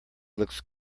looks